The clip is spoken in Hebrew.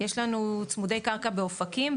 יש לנו צמודי קרקע באופקים,